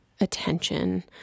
Attention